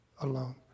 alone